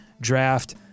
draft